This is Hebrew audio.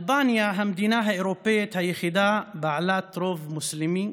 אלבניה, המדינה האירופית היחידה בעלת רוב מוסלמי,